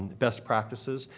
best practices.